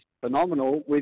phenomenal